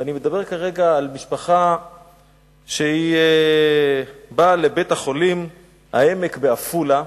ואני מדבר כרגע על משפחה שבאה לבית-החולים "העמק" בעפולה,